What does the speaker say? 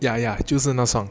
yeah yeah 就是那双